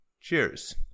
Cheers